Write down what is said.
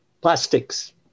plastics